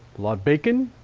lot bacon,